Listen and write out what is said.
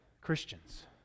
Christians